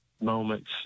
moments